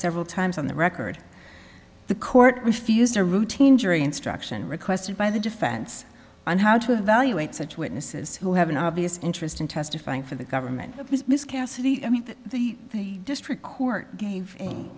several times on the record the court refused a routine jury instruction requested by the defense on how to evaluate such witnesses who have an obvious interest in testifying for the government miss cassidy i mean the district court gave